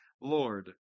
Lord